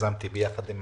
שיזמתי יחד עם